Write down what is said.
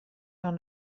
dans